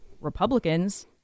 Republicans